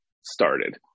started